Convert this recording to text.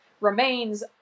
remains